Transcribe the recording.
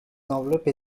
enveloppes